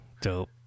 Dope